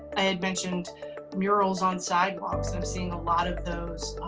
i had mentioned murals on sidewalks i'm seeing a lot of those